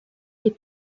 des